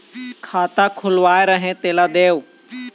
खाता खुलवाय रहे तेला देव?